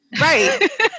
Right